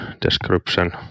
description